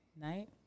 night